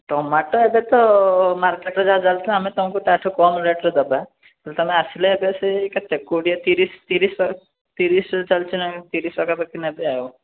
tomato ଏବେତ ମାର୍କେଟ୍ରେ ଯାହା ଚାଲିଥିବ ଆମେ ତମକୁ ତାଠୁ କମ୍ ରେଟ୍ରେ ଦେବା ହେଲେ ତମେ ଆସିଲେ ଏବେ ସେ କେତେ କୋଡ଼ିଏ ତିରିଶ ତିରିଶି ଚାଲିଛି ତିରିଶି ପାଖାପାଖି ନେବେ ଆଉ